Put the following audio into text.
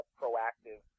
proactive